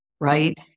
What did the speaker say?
Right